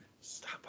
Stop